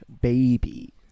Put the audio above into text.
baby